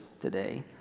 today